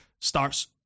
starts